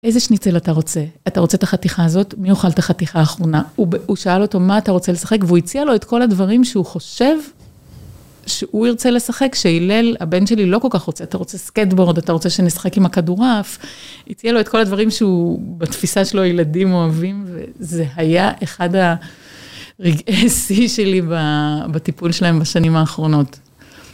איזה שניצל אתה רוצה? אתה רוצה את החתיכה הזאת? מי יאכל את החתיכה אחרונה?" הוא שאל אותו, מה אתה רוצה לשחק? והוא הציע לו את כל הדברים שהוא חושב שהוא ירצה לשחק. כשהילל, הבן שלי לא כל כך רוצה, אתה רוצה סקייטבורד, אתה רוצה שנשחק עם הכדורעף. הציע לו את כל הדברים שהוא, בתפיסה שלו, ילדים אוהבים, וזה היה אחד הרגעי שיא שלי בטיפול שלהם בשנים האחרונות.